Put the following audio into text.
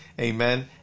Amen